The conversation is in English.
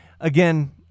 again